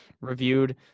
reviewed